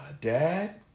Dad